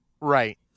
Right